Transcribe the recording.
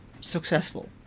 successful